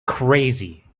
crazy